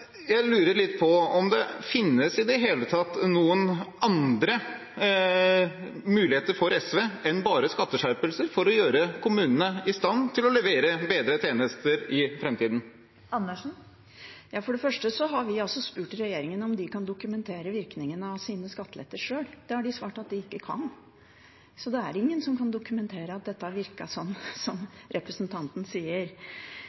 jeg lurer litt på om det i det hele tatt finnes noen andre muligheter for SV enn bare skatteskjerpelser for å gjøre kommunene i stand til å levere bedre tjenester i framtiden. For det første har vi spurt regjeringen om de kan dokumentere virkningene av sine skatteletter sjøl. Det har de svart at de ikke kan. Så det er ingen som kan dokumentere at dette har virket sånn